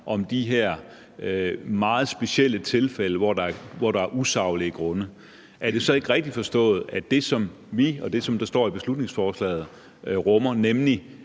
om de her meget specielle tilfælde, hvor der er usaglige grunde – så ikke rigtigt forstået, at det, som beslutningsforslaget også rummer, nemlig